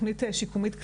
זו תוכנית שיקומית כללית,